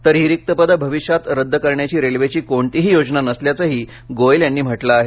तर ही रिक्त पदे भविष्यात रद्द करण्याची रेल्वेची कोणतीही योजना नसल्याचंही गोयल यांनी म्हटलं आहे